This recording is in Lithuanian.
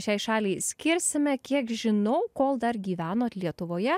šiai šaliai skirsime kiek žinau kol dar gyvenot lietuvoje